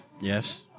Yes